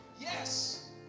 yes